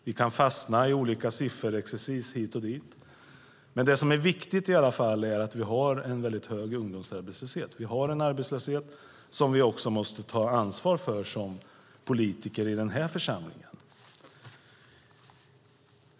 Vi kan fastna i sifferexercis hit och dit. Det som är viktigt är att vi har en väldigt hög ungdomsarbetslöshet som vi också måste ta ansvar för som politiker i den här församlingen.